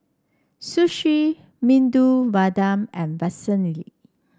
Sushi Medu Vada and Vermicelli